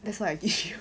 that's why I 丢